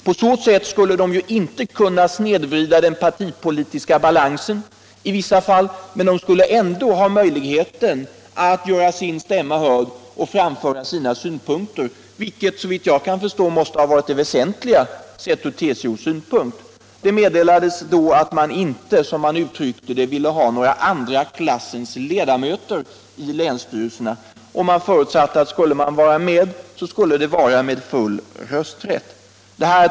På det sättet skulle de inte kunna snedvrida den partipolitiska balansen i vissa fall men ändå ha möjlighet att göra sin stämma hörd och framföra sina synpunkter — vilket såvitt jag förstår borde ha varit det väsentliga ur TCO:s synpunkt. Det meddelades emellertid att man inte, som det uttrycktes, ville ha några ”andra klassens” ledamöter i länsstyrelserna, och man förutsatte att om man skulle vara med, så skulle det vara med full rösträtt.